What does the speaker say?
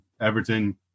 Everton